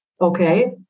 Okay